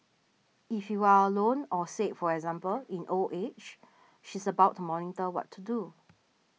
if you are alone or say for example in old age she's about to monitor what to do